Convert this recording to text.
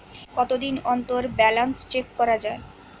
কতদিন অন্তর balance check করা য়ায়?